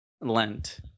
lent